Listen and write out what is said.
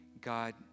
God